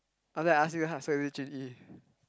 after that I ask you how is it Jun-Yi